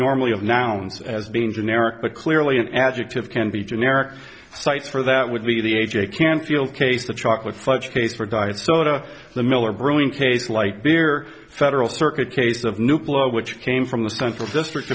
normally of nouns as being generic but clearly it adjective can be generic site for that would be the a j canfield case the chocolate fudge case or diet soda the miller brewing case lite beer federal circuit case of new plough which came from the central district